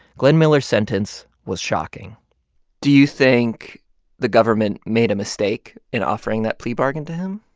glenn miller's sentence was shocking do you think the government made a mistake in offering that plea bargain to him?